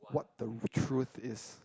what the truth is